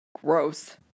Gross